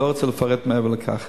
ואני לא רוצה לפרט מעבר לכך.